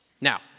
Now